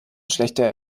schlechte